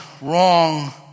wrong